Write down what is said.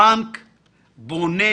הבנק בונה,